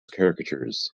caricatures